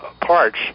parts